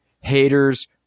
haters